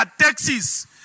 taxes